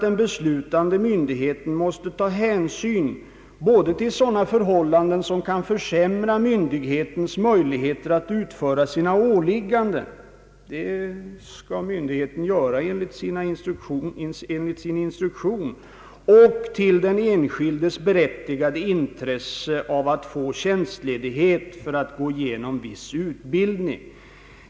Den beslutande myndigheten måste ta hänsyn till både sådana förhållanden som kan försämra dess möjligheter att utföra sina åligganden — det skall myndigheten göra enligt sin instruktion — och den enskildes berättigade intresse av att få tjänstledighet för att gå igenom viss utbildning.